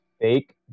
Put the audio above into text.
fake